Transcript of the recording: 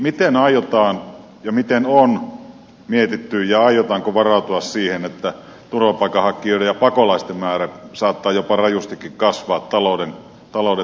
miten on mietitty miten aiotaan ja aiotaanko varautua siihen että turvapaikanhakijoiden ja pakolaisten määrä saattaa jopa rajustikin kasvaa talouden turbulenssin myötä